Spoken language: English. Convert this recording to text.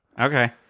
Okay